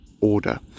order